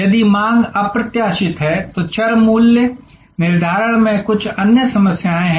यदि मांग अप्रत्याशित है तो चर मूल्य निर्धारण में कुछ अन्य समस्याएं हैं